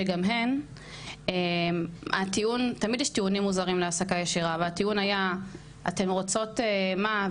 שגם הן מועסקות באותו האופן הטיעון היה "..אתן רוצות מה?